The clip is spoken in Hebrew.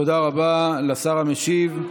תודה רבה לשר המשיב.